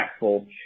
impactful –